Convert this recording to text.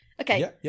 Okay